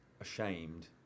ashamed